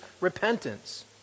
repentance